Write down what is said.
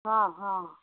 অঁ অঁ